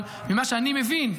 ממה שאני מבין,